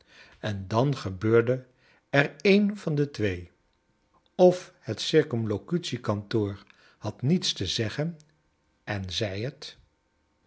en dan gebeurde er een van de twee of het c k had niets te zeggen en zei het